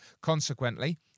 Consequently